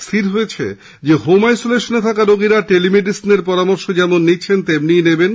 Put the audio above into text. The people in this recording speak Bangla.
স্থির হয়েছে হোম আইসোলেশনে থাকা রোগীরা টেলিমেডিসিনের পরামর্শ যেমন নিচ্ছেন তেমনিই নেবেন